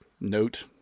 Note